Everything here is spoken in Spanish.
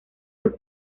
sus